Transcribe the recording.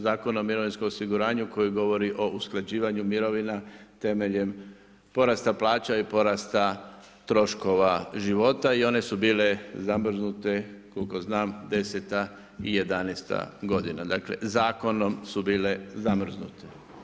Zakona o mirovinskom osiguranju koji govori o usklađivanju mirovina temeljem porasta plaća i porasta troškova života i one su bile zamrznute koliko znam 2010. i 2011. godina, dakle zakonom su bile zamrznute.